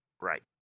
Right